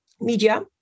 media